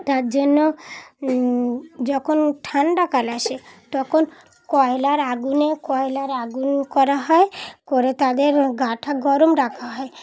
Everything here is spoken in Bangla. তার জন্য যখন ঠান্ডাকাল আসে তখন কয়লার আগুনে কয়লার আগুন করা হয় করে তাদের গাটা গরম রাখা হয়